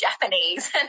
Japanese